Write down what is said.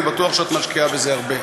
ואני בטוח שאת משקיעה בזה הרבה.